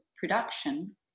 production